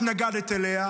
התנגדת לה,